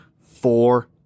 four